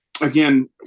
Again